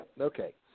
okay